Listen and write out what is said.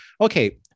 okay